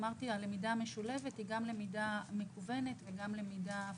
אמרתי שהלמידה המשולבת היא גם למידה מקוונת וגם למידה פרונטלית.